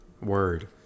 Word